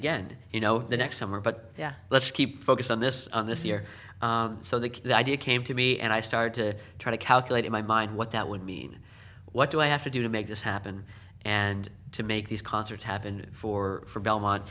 again you know the next summer but yeah let's keep focused on this this year so the idea came to me and i started to try to calculate in my mind what that would mean what do i have to do to make this happen and to make these concerts happen for belmont